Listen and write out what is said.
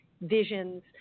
visions